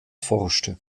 forschte